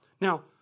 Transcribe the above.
Now